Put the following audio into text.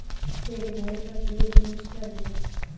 मेरे भाई का फ्लैट लीज पर है